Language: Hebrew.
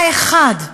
האחד,